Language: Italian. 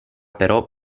però